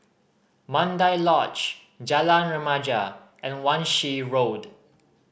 Mandai Lodge Jalan Remaja and Wan Shih Road